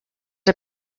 are